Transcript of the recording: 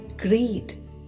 Greed